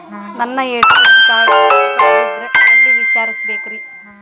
ನನ್ನ ATM card ಕಳದದ್ರಿ ಎಲ್ಲಿ ವಿಚಾರಿಸ್ಬೇಕ್ರಿ?